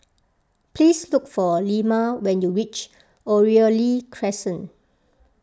please look for Ilma when you reach Oriole Crescent